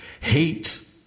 Hate